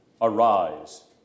Arise